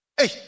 hey